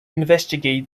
investigate